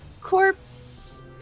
corpse